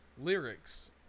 lyrics